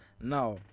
Now